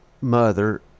mother